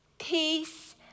peace